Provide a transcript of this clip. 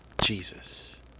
Jesus